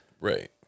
Right